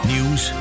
News